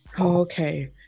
Okay